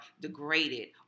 degraded